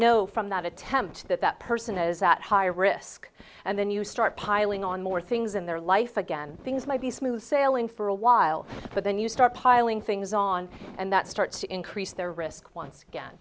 know from that attempt that that person is at higher risk and then you start piling on more things in their life again things might be smooth sailing for a while but then you start piling things on and that starts to increase their risk once again